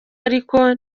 ariko